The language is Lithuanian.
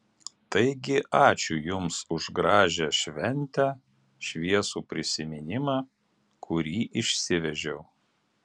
taigi ačiū jums už gražią šventę šviesų prisiminimą kurį išsivežiau